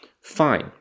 Fine